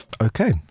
Okay